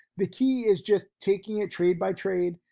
the key is just taking a trade by trade,